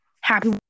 happy